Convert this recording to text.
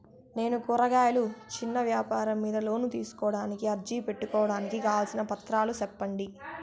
నేను కూరగాయలు చిన్న వ్యాపారం మీద లోను తీసుకోడానికి అర్జీ పెట్టుకోవడానికి కావాల్సిన పత్రాలు సెప్పండి?